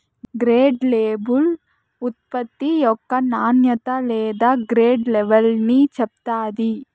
grade label ఉత్పత్తి యొక్క నాణ్యత లేదా గ్రేడ్ లెవల్ని చెప్తాది